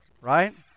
Right